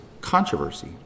controversy